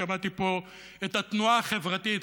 שמעתי פה את התנועה החברתית,